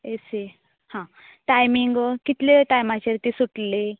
ए C हा timing कितले टायमाचेर ती सुटली